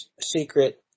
secret